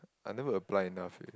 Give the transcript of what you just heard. I never apply enough yet